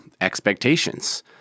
expectations